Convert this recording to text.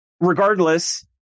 regardless